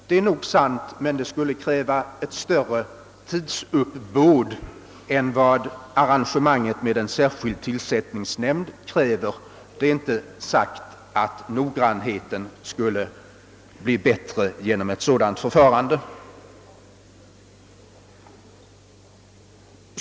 Detta skulle emellertid kräva ett större tidsuppbåd än arrangemanget med en särskild tillsättningsnämnd. Det är inte sagt att noggrannheten skulle bli bättre genom ett sådant förfarande.